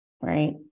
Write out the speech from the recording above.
right